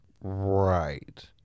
Right